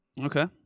Okay